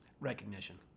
recognition